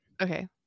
Okay